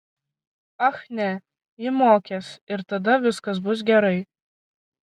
ach ne ji mokės ir tada viskas bus gerai